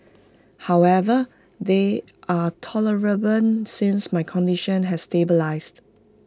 however they are tolerable since my condition has stabilised